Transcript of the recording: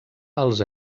els